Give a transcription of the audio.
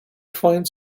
find